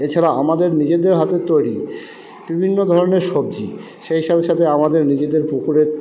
এছাড়া আমাদের নিজেদের হাতে তৈরি বিভিন্ন ধরণের সবজি সেই সাথে সাথে আমাদের নিজেদের পুকুরে